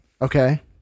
okay